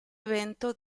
evento